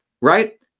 right